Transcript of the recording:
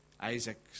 Isaac